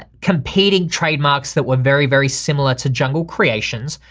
ah competing trademarks that were very, very similar to jungle creations.